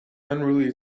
unruly